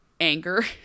anger